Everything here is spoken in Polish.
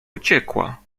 uciekła